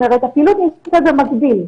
זאת אומרת שהפעילות נעשית במקביל.